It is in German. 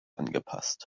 angepasst